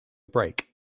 break